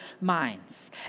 minds